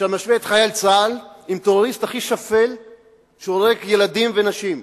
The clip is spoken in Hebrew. אשר משווה את חייל צה"ל עם טרוריסט הכי שפל שהורג ילדים ונשים.